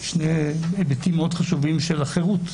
שני היבטים מאוד חשובים של החירות.